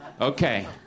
okay